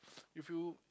if you